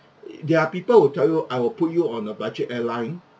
they are people who tell you I will put you on a budget airline